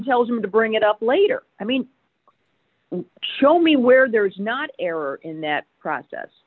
tells him to bring it up later i mean show me where there is not error in that process